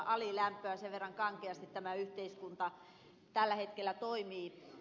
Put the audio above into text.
sen verran kankeasti tämä yhteiskunta tällä hetkellä toimii